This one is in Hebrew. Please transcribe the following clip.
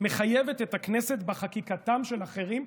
מחייבת את הכנסת בחקיקתם של אחרים,